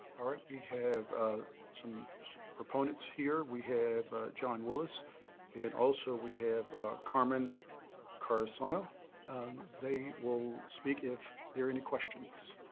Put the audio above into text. all right. we have some proponents here. we have john willis and also we have carmen carcarso. you know um they will speak if there are any questions.